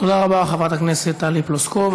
תודה רבה, חברת הכנסת טלי פלוסקוב.